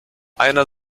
einer